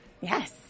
Yes